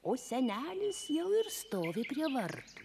o senelis jau ir stovi prie vartų